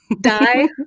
Die